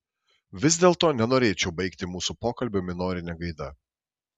vis dėlto nenorėčiau baigti mūsų pokalbio minorine gaida